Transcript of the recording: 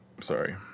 Sorry